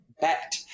bet